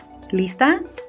Lista